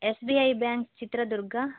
S B I bank Chitradurga